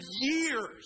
years